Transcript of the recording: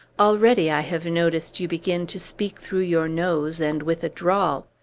already i have noticed you begin to speak through your nose, and with a drawl.